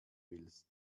willst